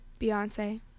Beyonce